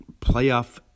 Playoff